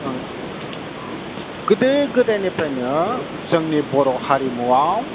गोदो गोदायनिफ्रायनो जोंनि बर' हारिमुवाव